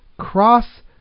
cross